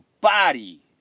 body